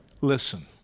listen